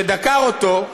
שדקר אותו,